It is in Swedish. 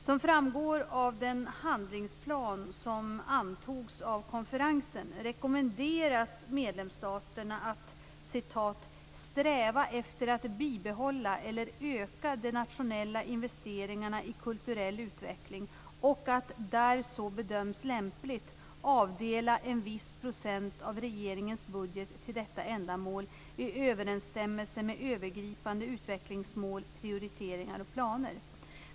Som framgår av den handlingsplan som antogs av konferensen rekommenderas medlemsstaterna att "sträva efter att bibehålla eller öka de nationella investeringarna i kulturell utveckling och att, där så bedöms lämpligt, avdela en viss procent av regeringens budget till detta ändamål, i överensstämmelse med övergripande utvecklingsmål, prioriteringar och planer".